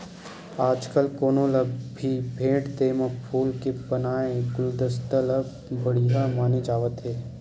आजकाल कोनो ल भी भेट देय म फूल के बनाए गुलदस्ता ल बड़िहा माने जावत हे